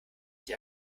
die